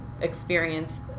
experience